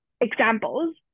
examples